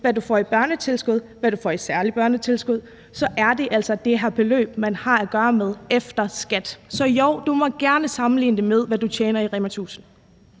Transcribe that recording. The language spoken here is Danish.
det, du får i børnetilskud, og det, du får i særligt børnetilskud, så er det altså det her beløb, man har at gøre godt med efter skat. Så jo, du må gerne sammenligne det med, hvad du tjener i REMA 1000.